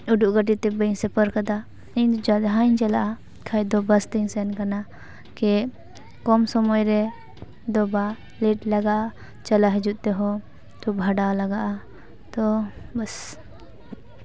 ᱩᱰᱟᱹᱜ ᱜᱟᱹᱰᱤᱛᱮ ᱵᱟᱹᱧ ᱥᱚᱯᱷᱚᱨ ᱟᱠᱟᱫᱟ ᱤᱧ ᱡᱟᱦᱟᱧ ᱪᱟᱞᱟᱜᱼᱟ ᱠᱷᱟᱡ ᱫᱚ ᱵᱟᱥ ᱛᱮᱧ ᱥᱮᱱ ᱟᱠᱟᱱᱟ ᱠᱚᱢ ᱥᱳᱢᱳᱭ ᱨᱮ ᱫᱚ ᱵᱟ ᱞᱮᱴ ᱞᱟᱜᱟᱜᱼᱟ ᱪᱟᱞᱟᱜ ᱦᱩᱭᱩᱜ ᱛᱮᱦᱚᱸ ᱵᱷᱟᱲᱟ ᱞᱟᱜᱟᱜᱼᱟ ᱛᱳ ᱵᱟᱥ